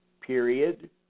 period